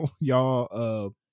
y'all